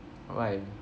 why